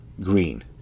green